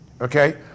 okay